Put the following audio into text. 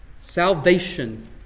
Salvation